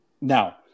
Now